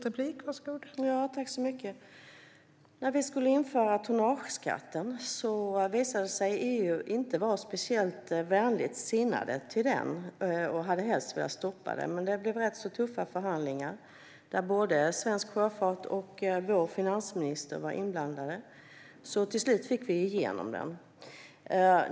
Fru talman! När vi skulle införa tonnageskatten visade sig EU inte vara speciellt vänligt sinnad till den och hade helst velat stoppa den. Det blev rätt tuffa förhandlingar där både Svensk Sjöfart och vår finansminister var inblandade. Till slut fick vi igenom den.